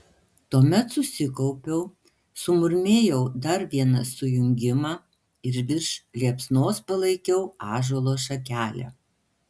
tuomet susikaupiau sumurmėjau dar vieną sujungimą ir virš liepsnos palaikiau ąžuolo šakelę